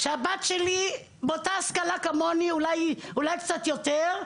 כשהבת שלי באותה ההשכלה כמוני, אולי קצת יותר,